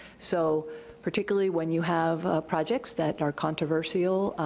so particularly when you have projects that are controversial,